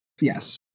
Yes